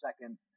second